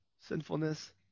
sinfulness